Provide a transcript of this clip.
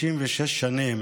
56 שנים